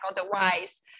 Otherwise